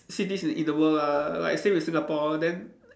cities in in the world lah like same as Singapore then